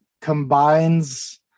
combines